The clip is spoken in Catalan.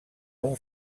una